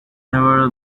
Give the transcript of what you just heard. never